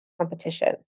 competition